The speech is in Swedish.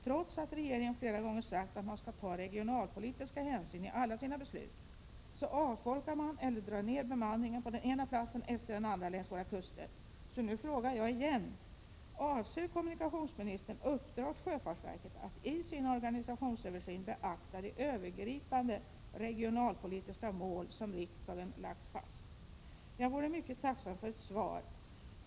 Trots att regeringen flera gånger sagt att man skall ta regionalpolitiska hänsyn i alla sina beslut, avfolkar man eller drar ner bemanningen på den ena platsen efter den andra längs våra kuster. Därför frågar jag nu igen: Avser kommunikationsministern uppdra åt sjöfartsverket i sin organisationsöversyn beakta de övergripande regionalpolitiska mål som riksdagen lagt fast? Jag vore mycket tacksam för ett svar.